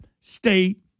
state